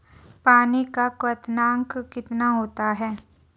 पानी का क्वथनांक कितना होता है?